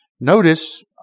Notice